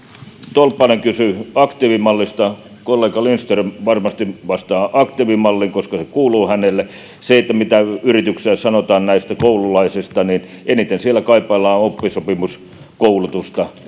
tolppanen kysyi aktiivimallista kollega lindström varmasti vastaa aktiivimallista koska se kuuluu hänelle se mitä yrityksille sanotaan näistä koululaisista niin eniten siellä kaipaillaan oppisopimuskoulutusta